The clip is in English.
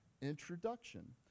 introduction